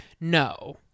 No